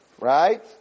right